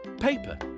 paper